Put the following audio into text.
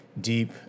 deep